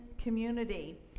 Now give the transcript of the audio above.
community